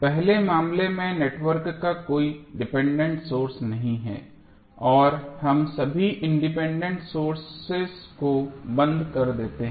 पहले मामले में नेटवर्क का कोई डिपेंडेंट सोर्स नहीं है और हम सभी इंडिपेंडेंट सोर्सेज को बंद कर देते हैं